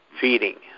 feeding